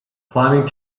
climbing